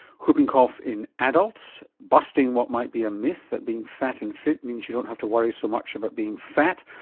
whooping cough in adults. and busting what might be a myth, that being fat and fit means you don't have to worry so much about being fat.